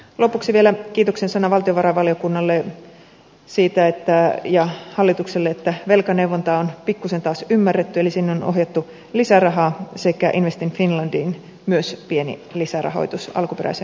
lopuksi vielä kiitoksen sana valtiovarainvaliokunnalle ja hallitukselle siitä että velkaneuvontaa on pikkuisen taas ymmärretty eli sinne on ohjattu lisärahaa sekä invest in finlandiin myös pieni lisärahoitus alkuperäiseen budjettiesitykseen verrattuna